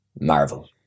Marvel